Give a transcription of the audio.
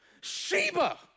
Sheba